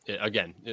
Again